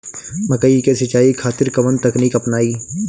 मकई के सिंचाई खातिर कवन तकनीक अपनाई?